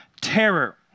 terror